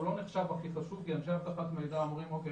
הוא לא נחשב הכי חשוב כי אנשי אבטחת מידע אומרים: אוקיי,